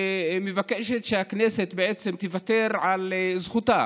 ומבקשת שהכנסת בעצם תוותר על זכותה